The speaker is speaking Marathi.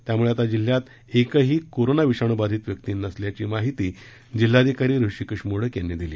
त्यामुळे आता जिल्ह्यात एकही कोरोना विषाणु बाधित व्यक्ती नसल्याची माहिती जिल्हाधिकारी हृषीकेश मोडक यांनी दिली